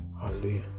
Hallelujah